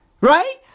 Right